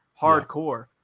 Hardcore